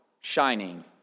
shining